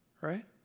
right